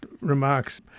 remarks